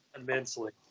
Immensely